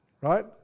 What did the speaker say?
Right